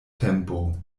tempo